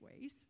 ways